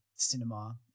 Cinema